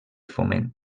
foment